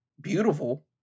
beautiful